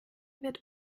wird